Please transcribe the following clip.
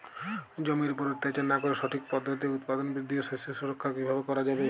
জমির উপর অত্যাচার না করে সঠিক পদ্ধতিতে উৎপাদন বৃদ্ধি ও শস্য সুরক্ষা কীভাবে করা যাবে?